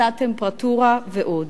הפחתת טמפרטורה ועוד.